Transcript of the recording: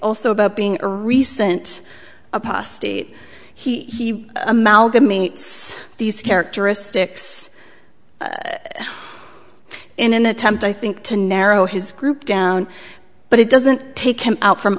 also about being a recent apostate he amalgamates these characteristics in an attempt i think to narrow his group down but it doesn't take him out from